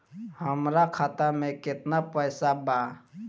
हमरा खाता मे केतना पैसा बा?